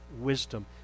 wisdom